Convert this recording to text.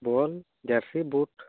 ᱵᱚᱞ ᱡᱟᱹᱨᱥᱤ ᱵᱩᱴ